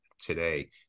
today